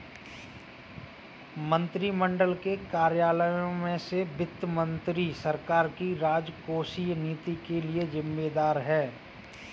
मंत्रिमंडल के कार्यालयों में से वित्त मंत्री सरकार की राजकोषीय नीति के लिए जिम्मेदार है